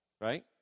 Right